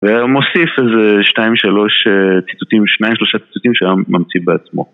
והוא מוסיף איזה שתיים שלוש ציטוטים, שניים שלושה ציטוטים שהיה ממציא בעצמו